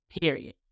Period